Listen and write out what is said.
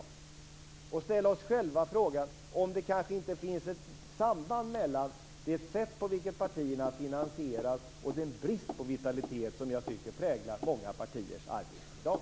Vi måste ställa oss själva frågan om det inte kanske finns ett samband mellan det sätt på vilket partierna finansieras och den brist på vitalitet som jag tycker präglar många partiers arbete i dag.